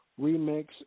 Remix